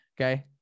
Okay